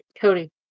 Cody